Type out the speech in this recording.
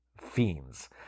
Fiends